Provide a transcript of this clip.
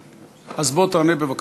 אז בוא, תענה בבקשה.